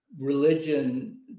religion